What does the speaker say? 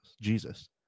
Jesus